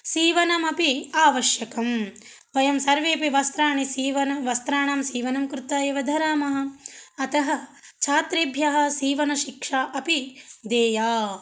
सीवनमपि आवश्यकं वयं सर्वेपि वस्त्रणि सीवनं वस्त्राणां सीवनं कृत्वा एव धरामः अतः छात्रेभ्यः सीवनशिक्षा अपि देया